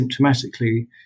symptomatically